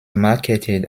marketed